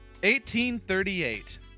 1838